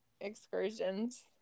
excursions